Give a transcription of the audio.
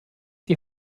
die